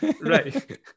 Right